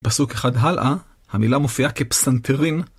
פסוק אחד הלאה, המילה מופיעה כ-פסנתרין.